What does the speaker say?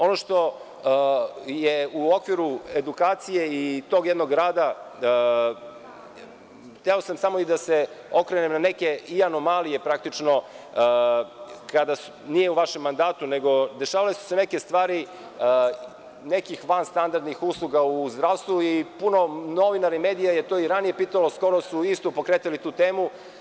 Ono što je u okviru edukacije i tog jednog rada, hteo sam samo da se okrenem na neke anomalije praktično, nije u vašem mandatu, nego su se dešavale neke stvari nekih vanstandardnih usluga u zdravstvu i puno novinara i medija je to i ranije pitalo, skoro su pokretali tu temu.